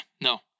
no